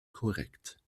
korrekt